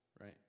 right